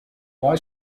why